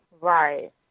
Right